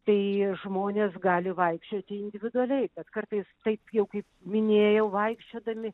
tai žmonės gali vaikščioti individualiai bet kartais taip jau kaip minėjau vaikščiodami